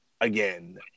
again